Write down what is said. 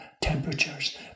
temperatures